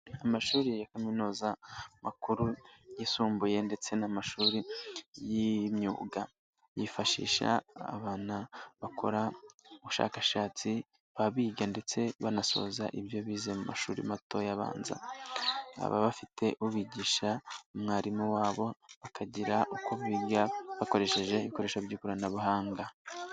Amashuri ya kaminuza, amakuru, ayisumbuye ndetse n'amashuri y'imyuga yifashisha abana bakora ubushakashatsi baba biga ndetse banasoza ibyo bize mu mashuri matoya abanza, baba bafite ubigisha umwarimu wabo bakagira uko biga bakoresheje ibikoresho by'ikoranabuhanga.